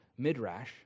Midrash